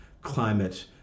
climate